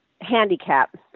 handicap